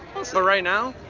so right now,